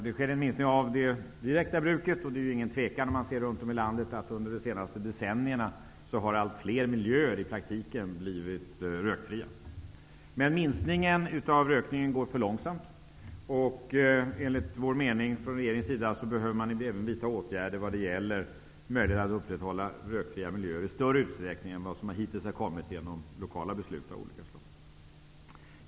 Det sker en minskning av tobaksbruket. Under de senaste decennierna har allt fler miljöer i praktiken blivit rökfria. Men minskningen går för långsamt. Enligt regeringens mening behöver man även vidta åtgärder för att få rökfria miljöer i större utsträckning än vad som hittills åstadkommits genom lokala beslut av olika slag.